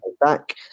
back